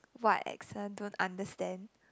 what accent don't understand